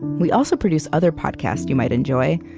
we also produce other podcasts you might enjoy,